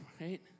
Right